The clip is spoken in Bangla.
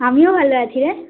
আমিও ভালো আছি রে